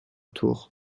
tour